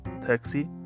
taxi